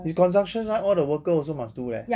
his construction side all the worker also must do leh